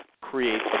create